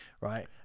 right